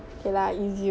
abeh